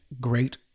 great